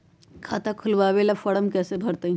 खाता खोलबाबे ला फरम कैसे भरतई?